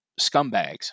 scumbags